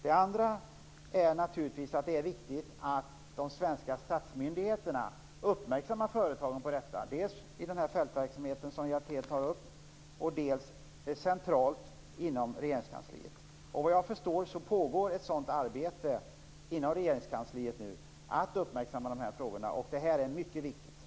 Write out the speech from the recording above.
För det andra är det viktigt att de svenska statsmyndigheterna uppmärksammar företagen på detta, dels i den fältverksamhet som Hjertén tar upp, dels centralt inom Regeringskansliet. Såvitt jag förstår pågår nu ett arbete för att frågorna skall uppmärksammas inom Regeringskansliet. Det är mycket viktigt.